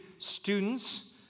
students